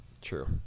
True